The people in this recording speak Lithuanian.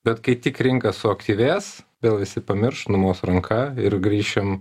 bet kai tik rinka suaktyvės vėl visi pamirš numos ranka ir grįšim